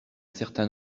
certain